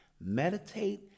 Meditate